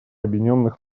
объединенных